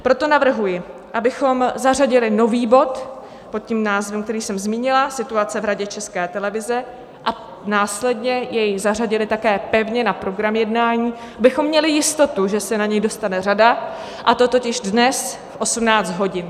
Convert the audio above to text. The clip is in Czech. Proto navrhuji, abychom zařadili nový bod pod názvem, který jsme zmínila, Situace v Radě České televize, a následně jej zařadili také pevně na program jednání, abychom měli jistotu, že se na něj dostane řada, a to dnes v 18.00 hodin.